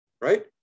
right